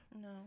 no